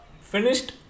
finished